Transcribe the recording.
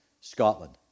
Scotland